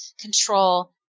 control